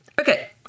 okay